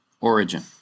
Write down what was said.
origin